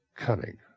Cunning